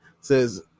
Says